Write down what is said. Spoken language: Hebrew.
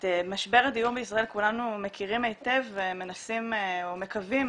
את משבר הדיור בישראל כולנו מכירים היטב ומנסים ומקווים